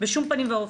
בשום פנים ואופן.